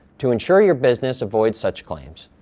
to ensure your business avoids such claims,